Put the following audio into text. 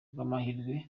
nk’amahirwe